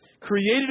created